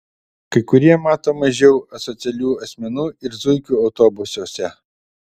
kai kurie mato mažiau asocialių asmenų ir zuikių autobusuose